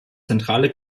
zentrale